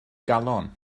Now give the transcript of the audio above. galon